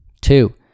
Two